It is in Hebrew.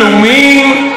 לאומיים,